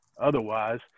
otherwise